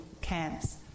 camps